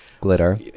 Glitter